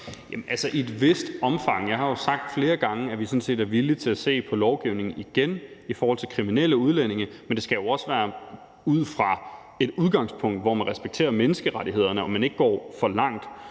Jeg har jo sagt flere gange, at vi sådan set er villige til at se på lovgivningen igen i forhold til kriminelle udlændinge, men det skal jo også være fra et udgangspunkt, hvor man respekterer menneskerettighederne og ikke går for langt.